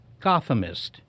Gothamist